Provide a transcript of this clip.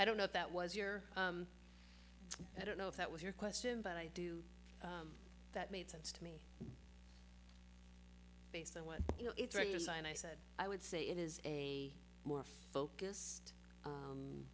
i don't know if that was your i don't know if that was your question but i do that made sense to me based on what you know it's ready to sign i said i would say it is a more focused